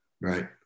Right